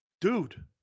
Dude